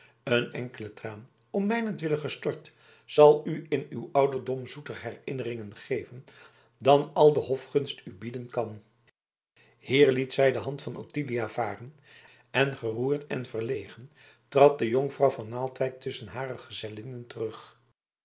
een enkele traan om mijnentwille gestort zal u in uw ouderdom zoeter herinneringen geven dan al de hofgunst u bieden kan hier liet zij de hand van ottilia varen en geroerd en verlegen trad de jonkvrouw van naaldwijk tusschen hare gezellinnen terug